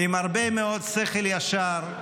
עם הרבה מאוד שכל ישר,